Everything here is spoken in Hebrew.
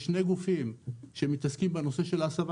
יש שני גופים שמתעסקים בנושא של ההסבה,